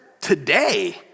today